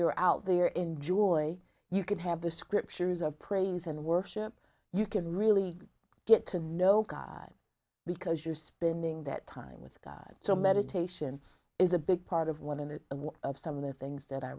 you're out there in joy you could have the scriptures of praise and worship you can really get to know god because you're spending that time with god so meditation is a big part of one in it and one of some of the things that i